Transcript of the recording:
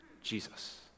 Jesus